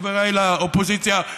חבריי לאופוזיציה,